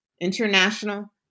international